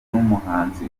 n’umuhanzi